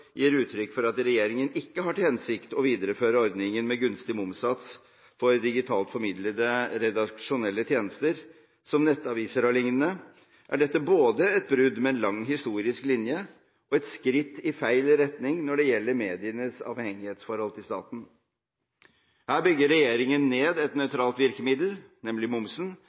uttrykk for at regjeringen ikke har til hensikt å videreføre ordningen med gunstig momssats for digitalt formidlede redaksjonelle tjenester, som nettaviser o.l., er dette både et brudd med en lang historisk linje og et skritt i feil retning når det gjelder medienes avhengighetsforhold til staten. Her bygger regjeringen ned et nøytralt virkemiddel, nemlig momsen,